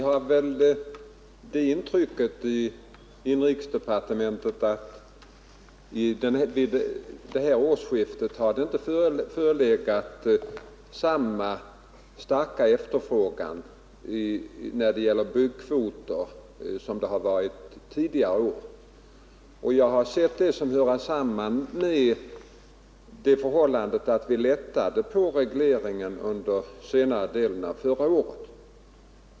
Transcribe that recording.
Herr talman! Vi har inom inrikesdepartementet intrycket att det vid årsskiftet inte förelåg samma starka efterfrågan när det gäller byggkvoter som tidigare år. Jag tror att detta hör samman med att vi lättade på regleringen under senare delen av förra året.